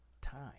time